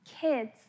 Kids